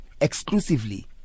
exclusively